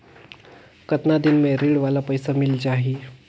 कतना दिन मे ऋण वाला पइसा मिल जाहि?